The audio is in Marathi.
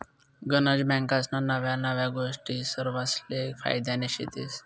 गनज बँकास्ना नव्या नव्या गोष्टी सरवासले फायद्यान्या शेतीस